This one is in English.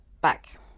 back